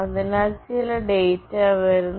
അതിനാൽ ചില ഡാറ്റ വരുന്നു